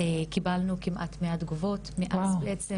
קיבלנו כמעט 100 תגובות ומאז בעצם